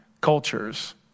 Cultures